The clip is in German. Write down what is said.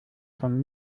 von